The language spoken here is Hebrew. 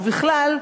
ובכלל,